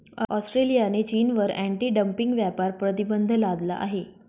ऑस्ट्रेलियाने चीनवर anti dumping व्यापार प्रतिबंध लादला आहे